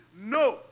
No